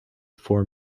four